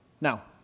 Now